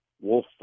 wolf